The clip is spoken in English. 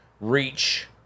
reach